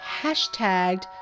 hashtagged